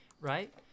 right